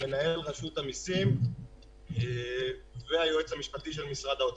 מנהל רשות המיסים והיועץ המשפטי של משרד האוצר.